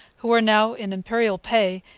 who were now in imperial pay,